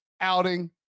outing